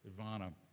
Ivana